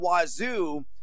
Wazoo